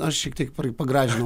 aš šiek tiek pagražinau